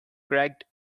cracked